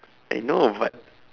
I know but